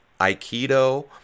Aikido